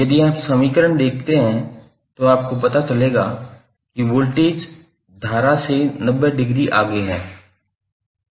यदि आप समीकरण देखते हैं तो आपको पता चलेगा कि वोल्टेज धारा से 90 डिग्री आगे है